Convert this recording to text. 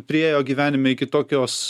priėjo gyvenime iki tokios